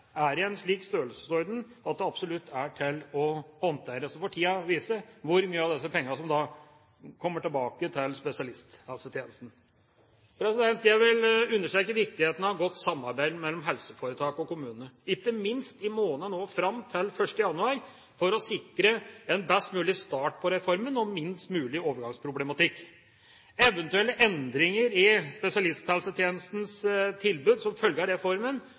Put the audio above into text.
er i en slik størrelsesorden at det absolutt er til å håndtere. Så får tida vise hvor mye av disse pengene som kommer tilbake til spesialisthelsetjenesten. Jeg vil understreke viktigheten av godt samarbeid mellom helseforetakene og kommunene, ikke minst i månedene fram til 1. januar, for å sikre en best mulig start på reformen og minst mulig overgangsproblematikk. Eventuelle endringer i spesialisthelsetjenestens tilbud som følge av reformen